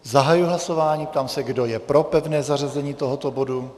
Zahajuji hlasování a ptám se, kdo je pro pevné zařazení tohoto bodu.